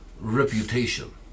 reputation